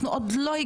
אנחנו לא הגענו,